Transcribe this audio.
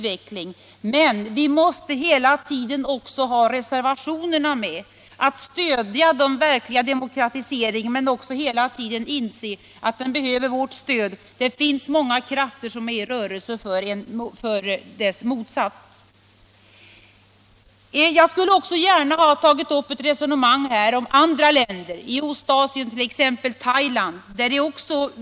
Vi hoppas på en verklig demokratisering — men vi måste hela tiden inse att den behöver vårt stöd. Många krafter är i rörelse för dess motsats. Jag skulle också gärna ha tagit upp ett resonemang om andra länder, i Ostasien t.ex. Thailand.